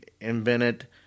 invented